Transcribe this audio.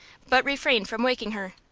but refrained from waking her.